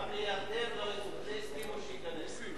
גם לירדן לא הסכימו שייכנס.